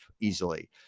easily